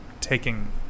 taking